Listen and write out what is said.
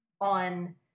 on